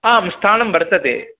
मिष्ठान्नं वर्तते